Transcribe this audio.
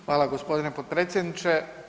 Hvala g. potpredsjedniče.